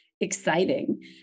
exciting